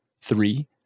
Three